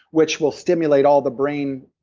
which will stimulate all the brain